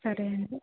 సరే అండి